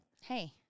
Hey